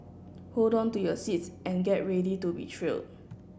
hold on to your seats and get ready to be thrill